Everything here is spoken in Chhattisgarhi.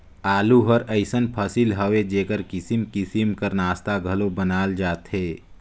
आलू हर अइसन फसिल हवे जेकर किसिम किसिम कर नास्ता घलो बनाल जाथे